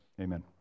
Amen